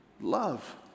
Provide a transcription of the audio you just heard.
love